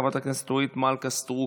חברת הכנסת אורית מלכה סטרוק,